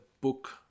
book